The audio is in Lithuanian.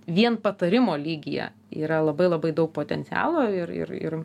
vien patarimo lygyje yra labai labai daug potencialo ir ir ir